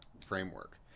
framework